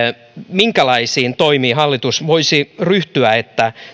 minkälaisiin toimiin hallitus voisi ryhtyä että